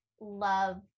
love